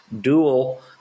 dual